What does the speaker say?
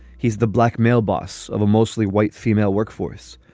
he's the black male boss of a mostly white female workforce.